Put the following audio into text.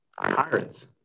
pirates